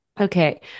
Okay